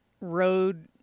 road